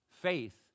Faith